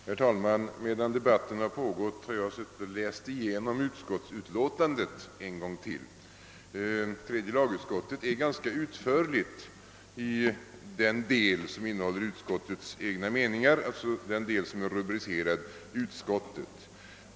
Herr talman! Medan debatten pågått har jag suttit och läst igenom utskottets utlåtande en gång till. Tredje lagutskottet är ganska utförligt i den del som innehåller utskottets egna meningar, d.v.s. den del som är rubricerad »Utskottet».